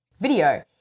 video